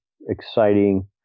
exciting